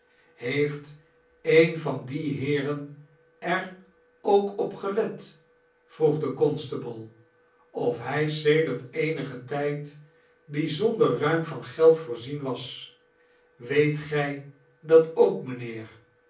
heeft een van die heeren er ook op gelet vroeg de constable of hij sedert eenigen tijd bijzondcr rnim van geld voorzien was weet gij dat ook mynheer